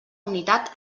unitat